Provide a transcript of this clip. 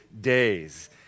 days